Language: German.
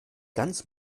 ganz